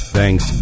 Thanks